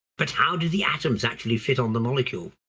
but how did the atoms actually fit on the molecule?